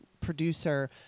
producer